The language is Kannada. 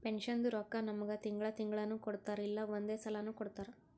ಪೆನ್ಷನ್ದು ರೊಕ್ಕಾ ನಮ್ಮುಗ್ ತಿಂಗಳಾ ತಿಂಗಳನೂ ಕೊಡ್ತಾರ್ ಇಲ್ಲಾ ಒಂದೇ ಸಲಾನೂ ಕೊಡ್ತಾರ್